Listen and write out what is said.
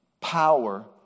power